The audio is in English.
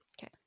Okay